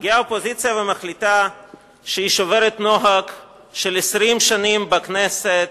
מגיעה האופוזיציה ומחליטה שהיא שוברת נוהג של 20 שנים בכנסת,